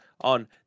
on